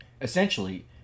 Essentially